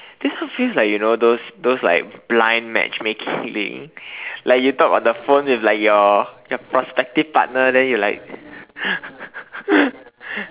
this so feel like you know those those like blind matchmaking thing like you talk about the phone with like your your prospective partner then you like